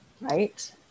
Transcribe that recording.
right